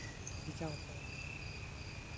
ᱟᱹᱰᱤ ᱪᱟᱬ ᱠᱚ